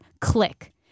Click